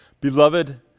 Beloved